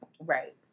right